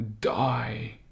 die